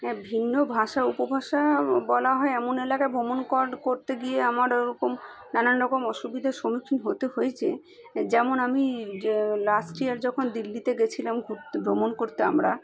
হ্যাঁ ভিন্ন ভাষা উপভাষা বলা হয় এমন এলাকা ভ্রমণ করতে গিয়ে আমার ওরকম নানান রকম অসুবিধার সম্মুখীন হতে হয়েছে যেমন আমি যে লাস্ট ইয়ার যখন দিল্লিতে গিয়েছিলাম ঘুরতে ভ্রমণ করতে আমরা